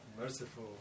merciful